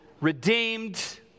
redeemed